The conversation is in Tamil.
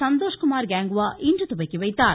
சந்தோஷ்குமார் கேங்வா இன்று துவக்கிவைத்தார்